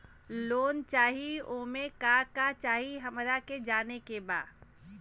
Loan चाही उमे का का चाही हमरा के जाने के बा?